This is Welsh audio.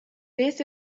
beth